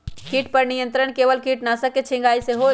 किट पर नियंत्रण केवल किटनाशक के छिंगहाई से होल?